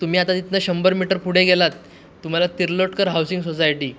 तुम्ही आता तिथनं शंभर मीटर पुढे गेलात तुम्हाला तिर्लोटकर हाऊसिंग सोसायटी